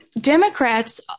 Democrats